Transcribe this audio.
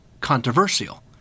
controversial